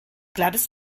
gladys